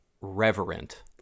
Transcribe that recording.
reverent